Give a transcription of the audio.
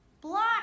Block